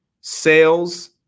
Sales